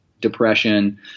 depression